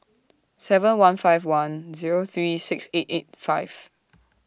seven one five one Zero three six eight eight five